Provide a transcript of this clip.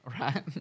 right